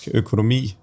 økonomi